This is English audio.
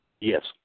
yes